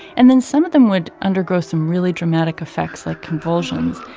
and then some of them would undergo some really dramatic effects, like convulsions.